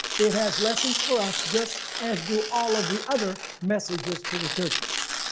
it has lessons for us just as do all of the other messages to the churches.